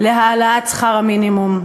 להעלאת שכר המינימום,